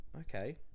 okay